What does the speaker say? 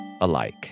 alike